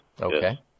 Okay